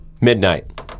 Midnight